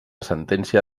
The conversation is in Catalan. sentència